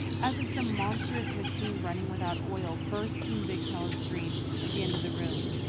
as of some monstrous machine running without oil, burst from the big telescreen at the end of the room.